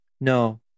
No